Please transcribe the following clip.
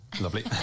Lovely